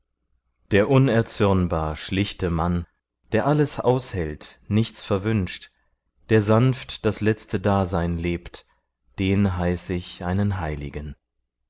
der unerzürnbar schlichte mann der alles aushält nichts verwünscht der sanft das letzte dasein lebt den heiß ich einen heiligen